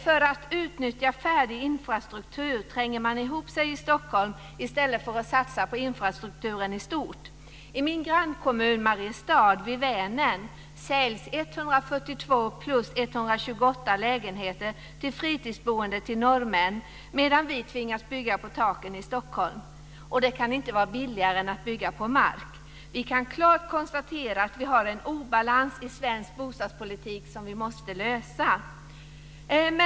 För att utnyttja färdig infrastruktur tränger man ihop sig i Stockholm i stället för att satsa på infrastrukturen i stort. I min grannkommun, Mariestad vid Vänern, säljs 142 plus 128 lägenheter till fritidsboende till norrmän, medan vi tvingas bygga på taken i Stockholm. Det kan inte vara billigare än att bygga på mark. Vi kan klart konstatera att vi har en obalans i svensk bostadspolitik som vi måste lösa.